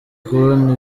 kubona